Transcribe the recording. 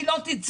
היא לא תצא,